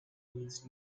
needs